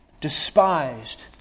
despised